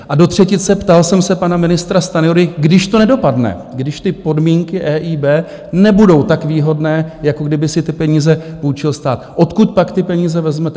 A do třetice ptal jsem se pana ministra Stanjury: když to nedopadne, když ty podmínky EIB nebudou tak výhodné, jako kdyby si ty peníze půjčil stát, odkud pak ty peníze vezmete?